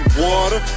water